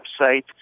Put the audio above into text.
website